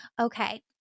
okay